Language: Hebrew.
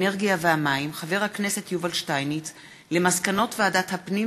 האנרגיה והמים חבר הכנסת יובל שטייניץ על מסקנות ועדת הפנים